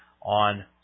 on